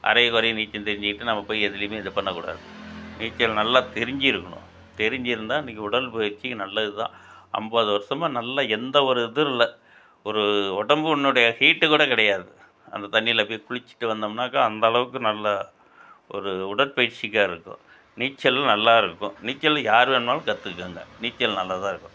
அறையும் குறையும் நீச்சல் தெரிஞ்சுக்கிட்டு நம்ம போய் எதுலேயுமே இதை பண்ணக்கூடாது நீச்சல் நல்லா தெரிஞ்சுருக்கணும் தெரிஞ்சுருந்தா இன்றைக்கி உடற்பயிற்சி நல்லது தான் ஐம்பது வருஷமாக நல்லா எந்த ஒரு இதுவும் இல்லை ஒரு உடம்பு உன்னுடைய ஹீட்டு கூட கிடையாது அந்த தண்ணியில் போய் குளிச்சுட்டு வந்தோம்னாக்கா அந்தளவுக்கு நல்ல ஒரு உடற்பயிற்சிக்காக இருக்கும் நீச்சல் நல்லாயிருக்கும் நீச்சல் யார் வேணுமாலும் கற்றுக்கோங்க நீச்சல் நல்லாதான் இருக்கும்